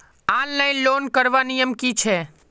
Online loan करवार नियम की छे?